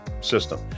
system